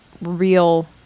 real